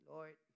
Lord